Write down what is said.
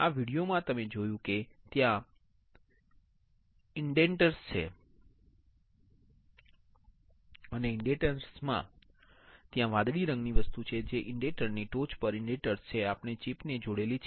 આ વીડિયોમાં તમે જોયું છે કે ત્યાં ઇન્ડેન્ટર્સ છે અને ઇન્ડેન્ટર્સમાં ત્યાં વાદળી રંગની વસ્તુ છે જે ઇન્ડેન્ટરની ટોચ પર ઇન્ડેન્ટર્સ છે આપણે ચિપને જોડેલી છે